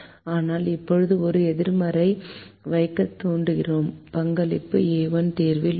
ஆனால் இப்போது ஒரு எதிர்மறையை வைக்க தூண்டுகிறோம் பங்களிப்பு a1 தீர்வில் உள்ளது